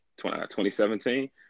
2017